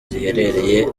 ziherereye